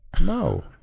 No